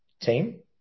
team